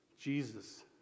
Jesus